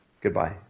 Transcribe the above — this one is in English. goodbye